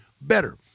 better